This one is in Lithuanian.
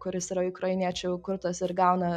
kuris yra ukrainiečių kurtas ir gauna